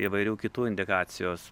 įvairių kitų indikacijos